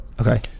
Okay